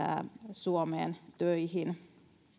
suomeen töihin